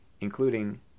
including